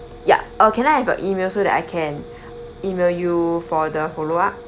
ya uh can I have your email so that I can email you for the follow up